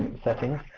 settings.